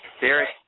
Derek